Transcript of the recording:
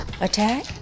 attack